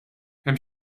hemm